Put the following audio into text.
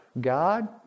God